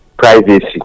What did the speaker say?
privacy